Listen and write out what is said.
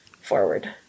forward